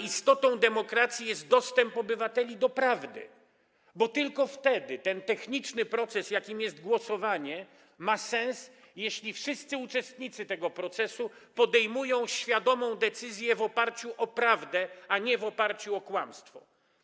Istotą demokracji jest dostęp obywateli do prawdy, bo tylko wtedy ten techniczny proces, jakim jest głosowanie, ma sens: jeśli wszyscy uczestnicy tego procesu podejmują świadomą decyzję w oparciu o prawdę, a nie w oparciu o kłamstwo.